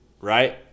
right